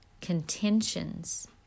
contentions